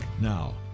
now